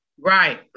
Right